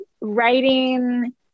writing